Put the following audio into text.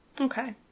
Okay